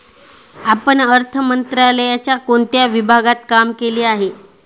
आपण अर्थ मंत्रालयाच्या कोणत्या विभागात काम केले आहे?